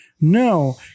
no